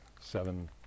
seven